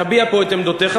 תביע פה את עמדותיך,